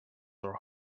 are